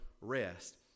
rest